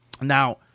Now